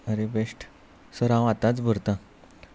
अरे best sir हांव आतांच भरतां